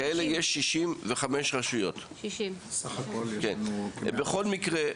כאלה יש 65. בכל מקרה,